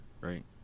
Right